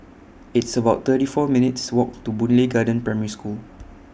It's about thirty four minutes' Walk to Boon Lay Garden Primary School